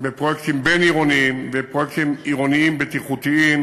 בפרויקטים בין-עירוניים ופרויקטים עירוניים בטיחותיים,